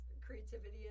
creativity